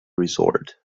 resort